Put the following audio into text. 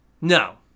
No